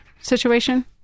situation